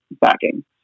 backing